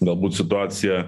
galbūt situacija